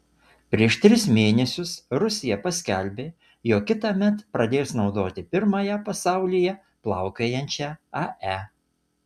prieš tris mėnesius rusija paskelbė jog kitąmet pradės naudoti pirmąją pasaulyje plaukiojančią ae